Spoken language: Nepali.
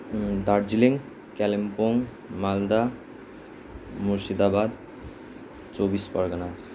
दार्जिलिङ कालिम्पोङ मालदा मुर्सिदाबाद चौबिस परगना